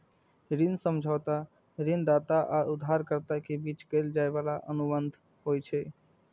ऋण समझौता ऋणदाता आ उधारकर्ता के बीच कैल जाइ बला अनुबंध होइ छै